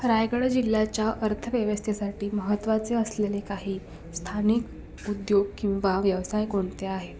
रायगड जिल्ह्याच्या अर्थव्यवस्थेसाठी महत्त्वाचे असलेले काही स्थानिक उद्योग किंवा व्यवसाय कोणते आहे